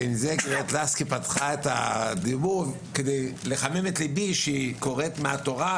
חברת הכנסת לסקי פתחה את הדיון כדי לחמם את ליבי שהיא קוראת מהתורה,